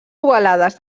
ovalades